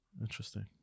Interesting